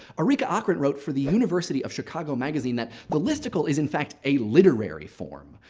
arika okrent wrote for the university of chicago magazine that the listicle is, in fact, a literary form.